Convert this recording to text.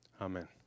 Amen